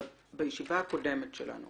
בישיבה הקודמת שלנו